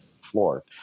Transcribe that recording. floor